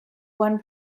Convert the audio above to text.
one